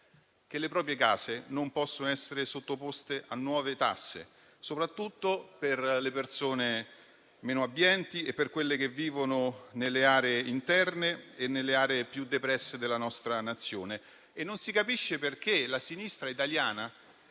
che le proprie case non possono essere sottoposte a nuove tasse, soprattutto per le persone meno abbienti e per quelle che vivono nelle aree interne e nelle aree più depresse della nostra Nazione. Non si capisce perché la sinistra italiana